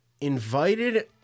invited